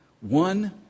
One